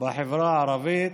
בחברה הערבית,